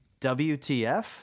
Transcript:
WTF